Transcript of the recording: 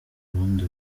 ubundi